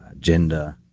gender,